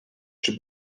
czy